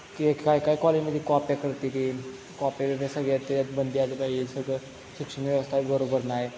की काय काय कॉलेजमध्ये कॉप्या करते की कॉप्याबिप्या सगळ्यात त्यात बंदी आली पाहिजे सगळं शिक्षण व्यवस्था बरोबर नाही